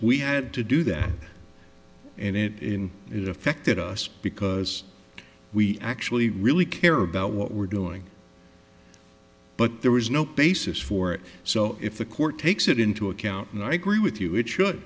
we had to do that and in it affected us because we actually really care about what we're doing but there was no basis for it so if the court takes it into account and i agree with you it s